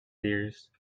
ears